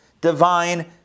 divine